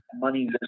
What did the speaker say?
money